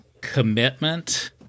commitment